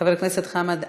חבר הכנסת חמד עמאר,